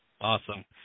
Awesome